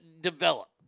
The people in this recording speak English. develop